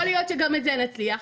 יכול להיות שגם את זה נצליח,